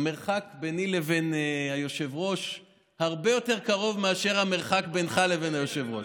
המרחק ביני לבין היושב-ראש הרבה יותר קטן מהמרחק בינך לבין היושב-ראש.